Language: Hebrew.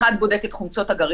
אחד בודק את חומצות הגרעין,